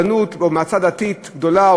מועצה דתית גדולה,